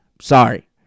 sorry